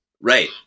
Right